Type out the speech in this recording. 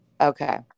Okay